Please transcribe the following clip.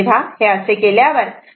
तेव्हा हे असे केल्यावर आपल्याला 1013